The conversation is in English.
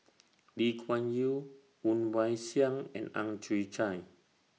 Lee Kuan Yew Woon Wah Siang and Ang Chwee Chai